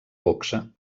boxa